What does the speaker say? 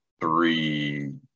three